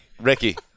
Ricky